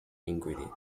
ingredient